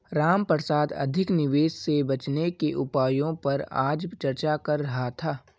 रामप्रसाद अधिक निवेश से बचने के उपायों पर आज चर्चा कर रहा था